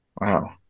Wow